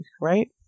Right